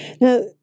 Now